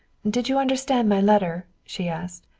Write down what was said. did you understand my letter? she asked.